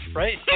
right